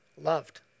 loved